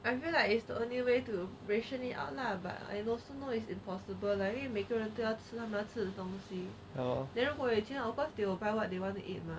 I feel like it's the only way to ration it out lah but I also know is impossible lah 因为每个人都要吃那么多东西 then 如果有钱 of course they want to buy what they want to eat mah